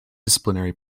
disciplinary